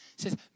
Says